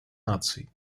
наций